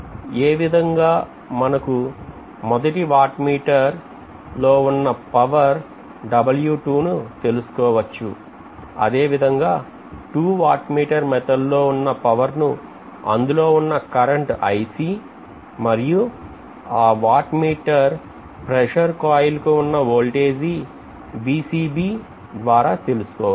ఏవిదంగా మనం మొదటి watt meter లో వున్నా పవర్ W2 ను తెలుసుకోవచ్చు అదేవిధంగా 2 వాట్ మీటర్ లో ఉన్న పవర్ ను అందులో ఉన్న కరెంటు మరియు ఆ వాట్ మీటర్ ప్రెషర్ కోయిల్ కు ఉన్న వోల్టేజి ద్వారా తెలుసుకోవచ్చు